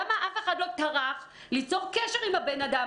למה אף אחד לא טרח ליצור קשר עם הבן אדם